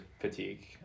fatigue